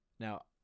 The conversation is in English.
Now